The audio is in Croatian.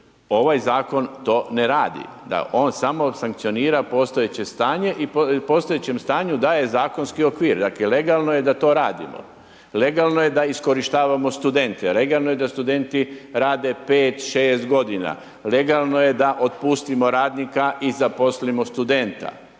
Ovaj zakon to ne radi, da on samo sankcionira postojeće stanje i postojećem stanju daje zakonski okvir. Dakle legalno je da to radimo, legalno je da iskorištavamo studente, legalno je da studenti rade 5, 6 godina. Legalno je da otpustimo radnika i zaposlimo studenta